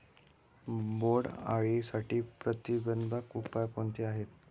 बोंडअळीसाठी प्रतिबंधात्मक उपाय कोणते आहेत?